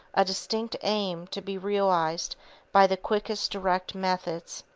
a distinct aim to be realized by the quickest, direct methods.